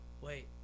Wait